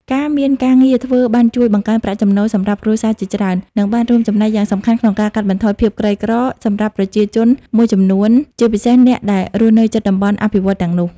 ការមានការងារធ្វើបានជួយបង្កើនប្រាក់ចំណូលសម្រាប់គ្រួសារជាច្រើន និងបានរួមចំណែកយ៉ាងសំខាន់ក្នុងការកាត់បន្ថយភាពក្រីក្រសម្រាប់ប្រជាជនមួយចំនួន ជាពិសេសអ្នកដែលរស់នៅជិតតំបន់អភិវឌ្ឍន៍ទាំងនោះ។